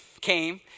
came